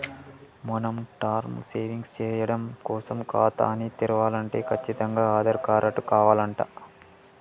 మనం term savings సేయడం కోసం ఖాతాని తెరవలంటే కచ్చితంగా ఆధార్ కారటు కావాలంట